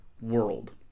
world